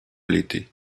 l’été